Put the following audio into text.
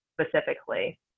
Specifically